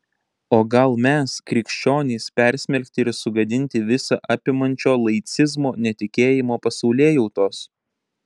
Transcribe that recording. o gal mes krikščionys persmelkti ir sugadinti visa apimančio laicizmo netikėjimo pasaulėjautos